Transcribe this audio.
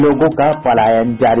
लोगों का पलायन जारी